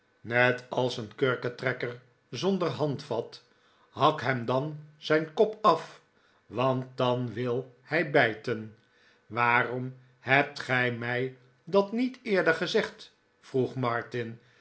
net als een kurketrekker zonder handvat hak hem dan zijn kop af want dan wil hij bijten waarom hebt gij mij dat niet eerder gezegd vroeg martin